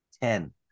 Ten